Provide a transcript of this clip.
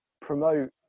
promote